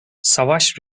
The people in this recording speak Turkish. savaş